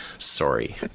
Sorry